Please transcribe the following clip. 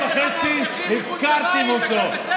שש שנים וחצי הפקרתם אותו.